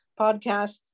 podcast